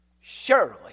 surely